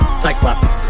cyclops